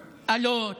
אלות,